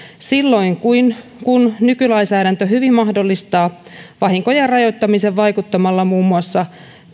silloin kun nykylainsäädäntö hyvin mahdollistaa vahinkojen rajoittamisen vaikuttamalla muun muassa